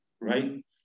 Right